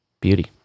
Beauty